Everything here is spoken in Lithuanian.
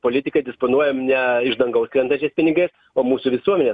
politikai disponuojam ne iš dangaus krentančiais pinigais o mūsų visuomenė